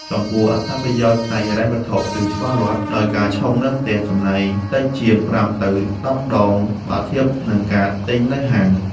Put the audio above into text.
ចំពោះអត្ថប្រយោជន៍ផ្នែកហិរញ្ញវត្ថុគឺច្បាស់លាស់ ដោយការឆុងនៅផ្ទះចំណាយតិចជាង ៥ ទៅ ១០ ដង បើធៀបនឹងការទិញនៅហាង។